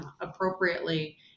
appropriately